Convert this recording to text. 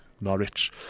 Norwich